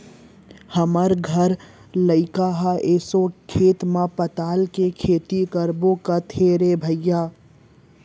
हमर घर लइका ह एसो खेत म पताल के खेती करबो कहत हे रे भई